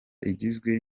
igizwe